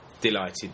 delighted